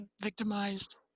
victimized